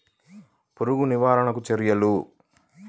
పురుగులు నివారణకు చర్యలు?